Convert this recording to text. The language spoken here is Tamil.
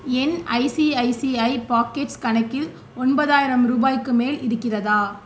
என் ஐசிஐசிஐ பாக்கெட்ஸ் கணக்கில் ஒன்பதாயிரம் ரூபாய்க்கு மேல் இருக்கிறதா